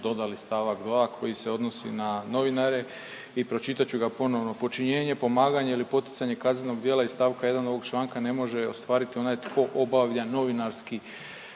dodali stavak 2. koji se odnosi na novinare i pročitat ću ga ponovno, počinjenje, pomaganje ili poticanje kaznenog djela iz stavka 1. ovog članka ne može ostvariti onaj tko obavlja novinarski